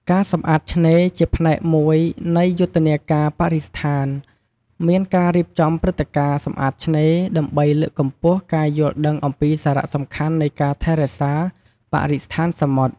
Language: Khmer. ការសម្អាតឆ្នេរ ជាផ្នែកមួយនៃយុទ្ធនាការបរិស្ថាន មានការរៀបចំព្រឹត្តិការណ៍សម្អាតឆ្នេរ ដើម្បីលើកកម្ពស់ការយល់ដឹងអំពីសារៈសំខាន់នៃការថែរក្សាបរិស្ថានសមុទ្រ។